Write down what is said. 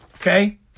okay